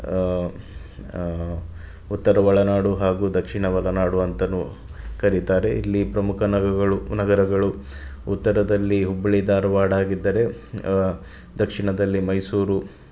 ಉತ್ತರ ಒಳನಾಡು ಹಾಗು ದಕ್ಷಿಣ ಒಳನಾಡು ಅಂತಲೂ ಕರಿತಾರೆ ಇಲ್ಲಿ ಪ್ರಮುಖ ನಗರಗಳು ಉಪ ನಗರಗಳು ಉತ್ತರದಲ್ಲಿ ಹುಬ್ಬಳ್ಳಿ ಧಾರವಾಡ ಇದ್ದರೆ ದಕ್ಷಿಣದಲ್ಲಿ ಮೈಸೂರು